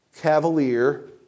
cavalier